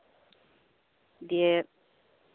ᱫᱤᱭᱮ